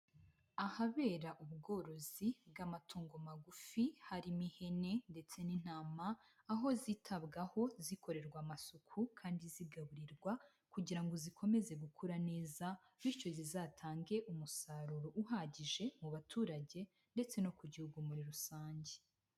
Ahabera ubworozi bw'amatungo magufi harimo ihene ndetse n'intama, aho zitabwaho zikorerwa amasuku kandi zigaburirwa kugira ngo zikomeze gukura neza bityo zizatange umusaruro uhagije mu baturage ndetse no ku gihugu muri rusange.